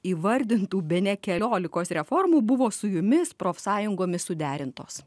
įvardintų bene keliolikos reformų buvo su jumis profsąjungomis suderintos